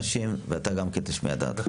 ואתה גם כן תשמיע את דעתך.